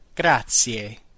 Grazie